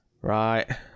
Right